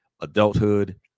adulthood